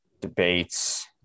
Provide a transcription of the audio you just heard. debates